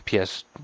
PS